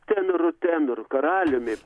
tenorų tenoru karaliumi